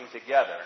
together